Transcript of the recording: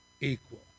equal